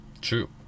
true